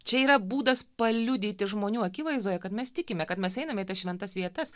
čia yra būdas paliudyti žmonių akivaizdoje kad mes tikime kad mes einame į tas šventas vietas